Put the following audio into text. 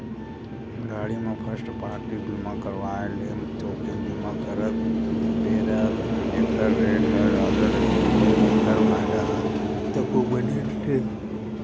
गाड़ी म first party बीमा करवाय ले थोकिन बीमा करत बेरा ऐखर रेट ह जादा रहिथे फेर एखर फायदा ह तको बने रहिथे